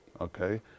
Okay